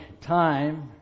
time